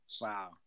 Wow